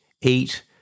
eat